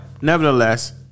nevertheless